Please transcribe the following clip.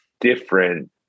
different